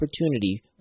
opportunity